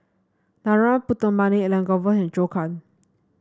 Narana Putumaippittan Elangovan and Zhou Can